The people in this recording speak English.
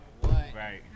Right